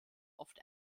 oft